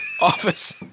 office